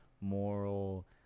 moral